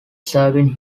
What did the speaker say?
serving